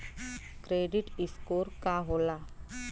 Credit score का होला?